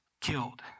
killed